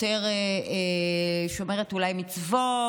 אולי יותר שומרת מצוות.